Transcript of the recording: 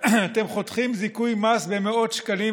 אתם חותכים זיכוי מס במאות שקלים,